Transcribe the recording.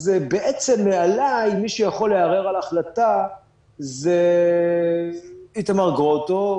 אז בעצם מעליי מי שיכול לערער על ההחלטה זה איתמר גרוטו,